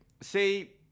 say